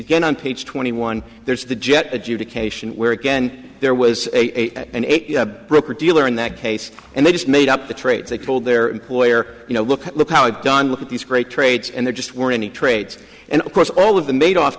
again on page twenty one there's the jet adjudication where again there was a broker dealer in that case and they just made up the trades they told their employer you know look look i've done look at these great trades and there just weren't any trades and of course all of the made off